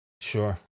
Sure